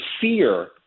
fear